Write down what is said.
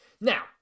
now